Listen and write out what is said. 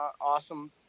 awesome